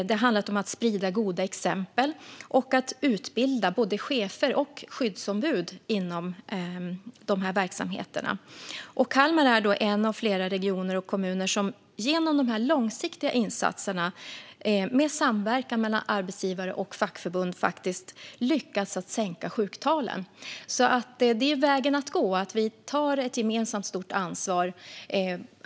Det har handlat om att sprida goda exempel och utbilda både chefer och skyddsombud inom dessa verksamheter. Kalmar är en av flera regioner och kommuner som genom dessa långsiktiga insatser med samverkan mellan arbetsgivare och fackförbund faktiskt har lyckats sänka sjuktalen, så det är vägen att gå - att vi tar ett stort gemensamt ansvar.